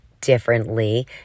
differently